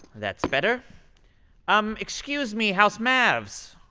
that's better um. excuse me, house mavs?